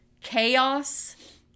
Chaos